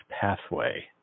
pathway